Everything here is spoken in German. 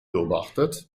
beobachtet